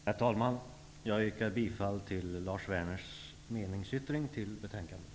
Herr talman! Jag yrkar bifall till Lars Werners meningsyttring till betänkandet.